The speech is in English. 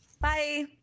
Bye